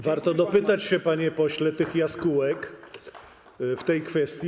Warto dopytać się, panie pośle, tych jaskółek w tej kwestii.